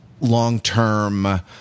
long-term